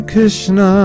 Krishna